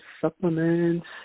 supplements